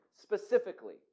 specifically